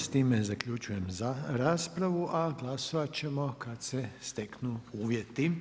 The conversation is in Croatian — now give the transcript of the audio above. S time zaključujem raspravu, a glasovat ćemo kad se steknu uvjeti.